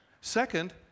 Second